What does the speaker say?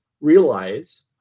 realize